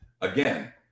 Again